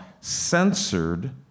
Censored